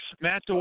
Matt